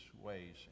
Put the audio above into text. ways